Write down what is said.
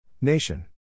Nation